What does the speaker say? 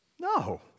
No